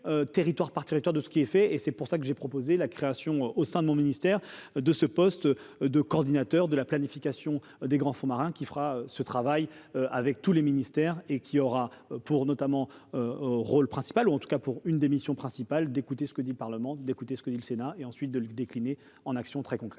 territoire par territoire de ce qui est fait et c'est pour ça que j'ai proposé la création au sein de mon ministère de ce poste de coordinateur de la planification des grands fonds marins qui fera ce travail avec tous les ministères et qui aura pour notamment au rôle principal ou en tout cas pour une démission principal d'écouter ce que dit par le manque d'écouter ce que dit le Sénat et ensuite de le décliner en actions très concrètes,